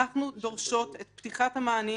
אנחנו דורשות את פתיחת המענים